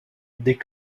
des